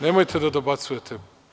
Nemojte da dobacujete.